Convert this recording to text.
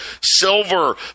Silver